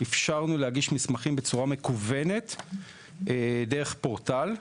אפשרנו להגיש מסמכים בצורה מקוונת דרך פורטל,